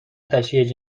تشییع